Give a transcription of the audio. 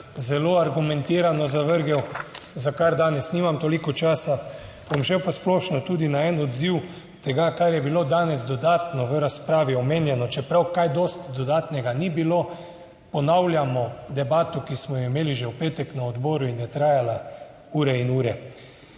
zelo argumentirano zavrgel, za kar danes nimam toliko časa. Bom šel pa splošno tudi na en odziv tega, kar je bilo danes dodatno v razpravi omenjeno, čeprav kaj dosti dodatnega ni bilo; ponavljamo debato, ki smo jo imeli že v petek na odboru in je trajala ure in ure.